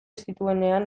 zituenean